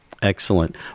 Excellent